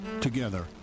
together